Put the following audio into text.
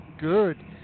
Good